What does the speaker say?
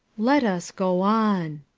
let us go on.